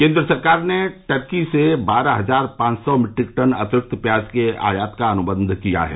केन्द्र सरकार ने टर्की से बारह हजार पांच सौ मीट्रिक टन अतिरिक्त प्याज के आयात का अनुबंध किया है